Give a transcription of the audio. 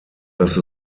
dass